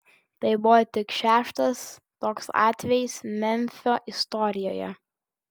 tai buvo tik šeštas toks atvejis memfio istorijoje